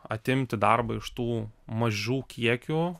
atimti darbą iš tų mažų kiekių